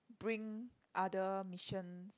bring other missions